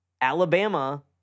Alabama